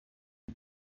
det